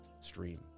stream